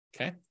Okay